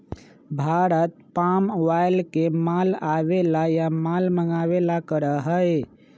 Bharat palm oil के माल आवे ला या माल मंगावे ला करा हई